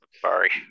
Sorry